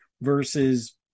versus